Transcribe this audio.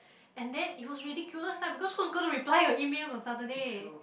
and then it was ridiculous lah because who is gonna reply your emails on Saturday